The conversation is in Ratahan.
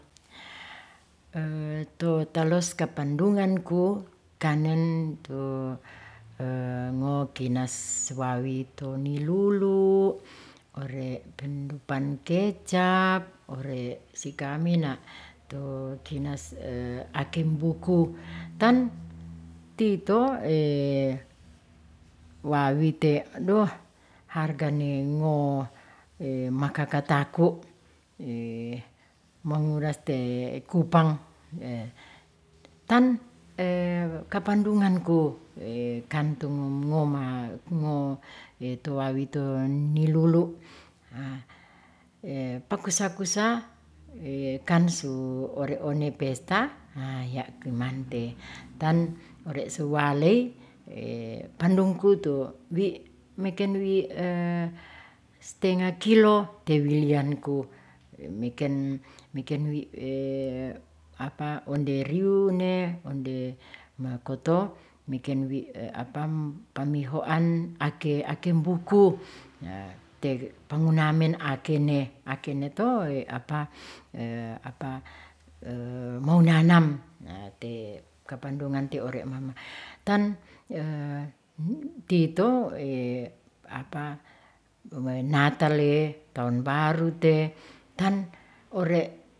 to talos kapandungan ku kanen tu ngo kinas wawi to ni lulu' ore' tondupan kecap, ore' si kami na to kinas akimbuku ton tito wawi te doh harga ne ngo makakataku mongkuras te kupang ton kapandungan ko kantung ngoma ngo towatiton ngilulu' pakusakusa kan su one ore' pesta naa ya' kemante ton ore' su waley pandungku tu wi meken wi' stengah kilo tewilianku meken wi onde riu ne onde makoto meken wi pamihoan ake, akembuku te pangunamen ake ne, akene to mounanam te kapandungan te ore mamo ton tito wae natale taon baru te ton ore'.